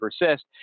persist